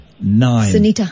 nine